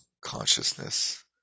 consciousness